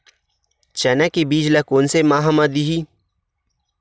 चना के बीज ल कोन से माह म दीही?